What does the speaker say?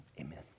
Amen